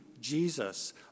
Jesus